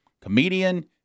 comedian